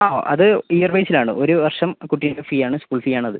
ആ അത് ഇയർ വൈസിൽ ആണ് ഒരു വർഷം കുട്ടീൻറ്റെ ഫീ ആണ് സ്കൂൾ ഫീ ആണ് അത്